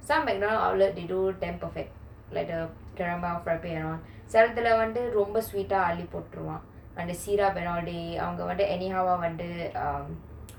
some McDonalds outlet they do them perfect like the caramel frappe and all செலதுல வந்து ரொம்ப:selathula vanthu romba sweet ah அள்ளி போட்ருவான்:alli potruvan and syrup and all day அவங்க வந்து:avanga vanthu anyhow ah வந்து:vanthu um